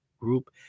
group